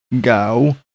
Go